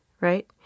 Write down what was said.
right